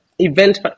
event